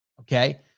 Okay